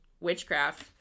witchcraft